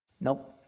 Nope